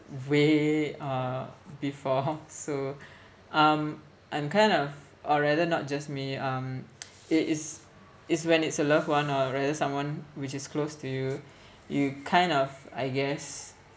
way uh before so um I'm kind of or rather not just me um it is it's when it's a loved one or rather someone which is close to you you kind of I guess